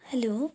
hello